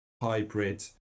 Hybrid